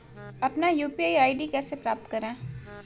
अपना UPI ID कैसे प्राप्त करें?